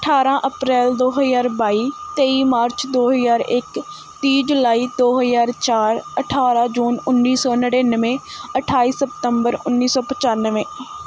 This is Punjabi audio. ਅਠਾਰ੍ਹਾਂ ਅਪ੍ਰੈਲ ਦੋ ਹਜ਼ਾਰ ਬਾਈ ਤੇਈ ਮਾਰਚ ਦੋ ਹਜ਼ਾਰ ਇੱਕ ਤੀਹ ਜੁਲਾਈ ਦੋ ਹਜ਼ਾਰ ਚਾਰ ਅਠਾਰ੍ਹਾਂ ਜੂਨ ਉੱਨੀ ਸੌ ਨੜਿਨਵੇਂ ਅਠਾਈ ਸਪਤੰਬਰ ਉੱਨੀ ਸੌ ਪਚਾਨਵੇਂ